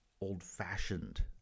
old-fashioned